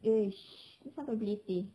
dia sampai berleter